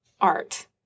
art